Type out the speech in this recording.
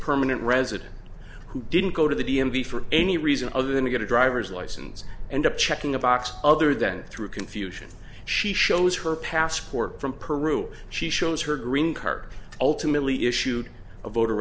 permanent resident who didn't go to the d m v for any reason other than to get a driver's license and up checking a box other than through confusion she shows her passport from peru she shows her green card ultimately issued a voter